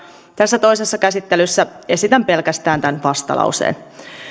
tässä toisessa käsittelyssä esitän pelkästään tämän vastalauseen